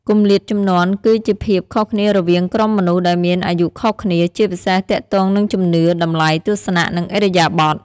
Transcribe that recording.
គម្លាតជំនាន់គឺជាភាពខុសគ្នារវាងក្រុមមនុស្សដែលមានអាយុខុសគ្នា ជាពិសេសទាក់ទងនឹងជំនឿ តម្លៃ ទស្សនៈ និងឥរិយាបទ។